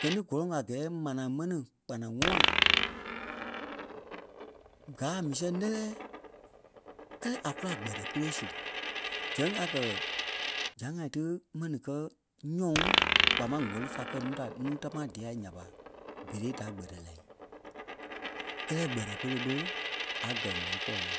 Gɛ ni gɔ́lɔŋ a gɛɛ manaa mɛni kpanaŋɔɔ. Gáa a mii sɛŋ lɛlɛɛ kɛ́lɛ a kula gbɛtɛ pere su. Zɛŋ a gɛ̀ zãa-ŋai ti mɛni kɛ́ nyɔŋ kpaa máŋ wɛ̀li fa kɛ́ nuu da- núu tamaa dia nya ɓa berei da gbɛtɛ lai. Kɛlɛ gbɛtɛ pere ɓé a gɛ̀ wɛli kɔɔ ya.